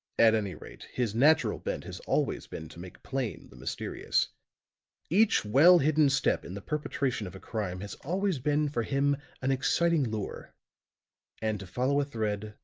at any rate his natural bent has always been to make plain the mysterious each well hidden step in the perpetration of a crime has always been for him an exciting lure and to follow a thread,